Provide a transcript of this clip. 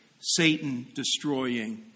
Satan-destroying